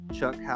Chuck